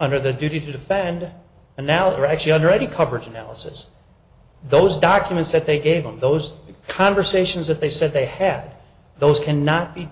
under the duty to defend and now are actually under any coverage analysis those documents that they gave on those conversations that they said they had those cannot be